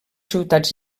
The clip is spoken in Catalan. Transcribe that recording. ciutats